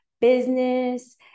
business